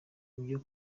ibyo